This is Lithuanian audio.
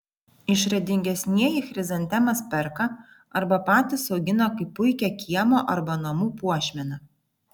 išradingesnieji chrizantemas perka arba patys augina kaip puikią kiemo arba namų puošmeną